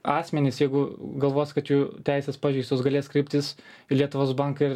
asmenys jeigu galvos kad jų teisės pažeistos galės kreiptis į lietuvos banką ir